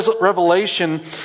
Revelation